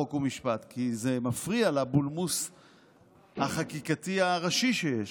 חוק ומשפט כי זה מפריע לבולמוס החקיקתי הראשי שיש.